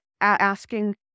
asking